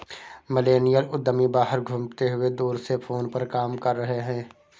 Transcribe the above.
millennial उद्यमी बाहर घूमते हुए दूर से फोन पर काम कर रहे हैं